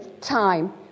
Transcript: time